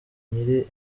nyiri